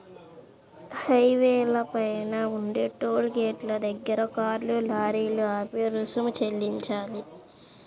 హైవేల పైన ఉండే టోలు గేటుల దగ్గర కార్లు, లారీలు ఆపి రుసుము చెల్లించాలి